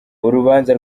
urubanza